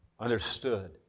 understood